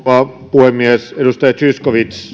puhemies edustaja zyskowicz